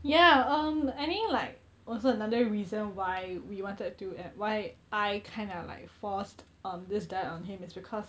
ya um I think like also another reason why we wanted to add why I kind of like forced um this diet on him is because